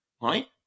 right